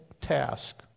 task